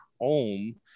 home